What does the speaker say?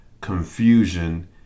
confusion